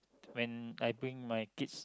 when I bring my kids